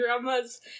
dramas